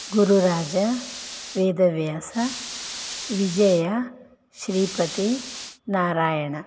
गुरुराजः वेदव्यासः विजयः श्रीपतिः नारायणः